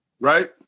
right